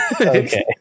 Okay